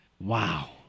Wow